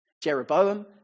Jeroboam